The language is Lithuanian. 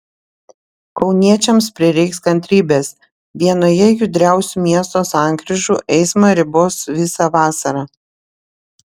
kauniečiams prireiks kantrybės vienoje judriausių miesto sankryžų eismą ribos visą vasarą